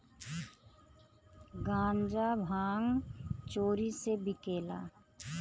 गांजा भांग चोरी से बिकेला